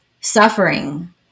suffering